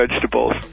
vegetables